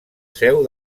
seu